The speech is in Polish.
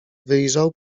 wyjrzał